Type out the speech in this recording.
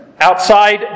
outside